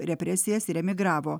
represijas ir emigravo